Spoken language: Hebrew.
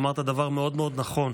אמרת דבר מאוד מאוד נכון: